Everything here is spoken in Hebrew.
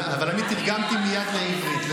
אבל אני תרגמתי מייד לעברית.